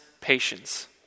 patience